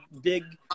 big